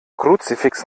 kruzifix